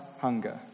hunger